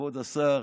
כבוד השר,